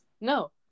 No